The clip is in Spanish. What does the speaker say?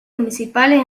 municipales